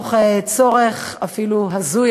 מתוך צורך אפילו הזוי,